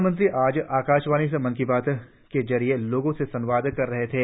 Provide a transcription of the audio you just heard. प्रधानमंत्री आज आकाशवाणी से मन की बात के जरिए लोगों से संवाद कर रहे थे